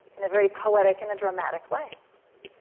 in a very poetic and dramatic way.